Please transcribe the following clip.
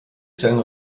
stellen